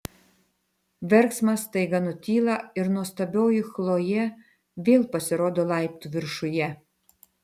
verksmas staiga nutyla ir nuostabioji chlojė vėl pasirodo laiptų viršuje